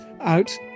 out